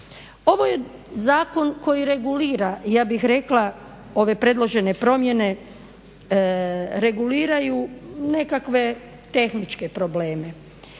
Ovo je zakon koji regulira ja bih rekla ove predložene promjene reguliraju nekakve tehničke probleme.